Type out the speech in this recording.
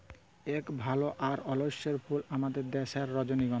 ইক ভাল আর অল্যতম ফুল আমাদের দ্যাশের রজলিগল্ধা